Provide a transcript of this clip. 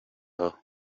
yaho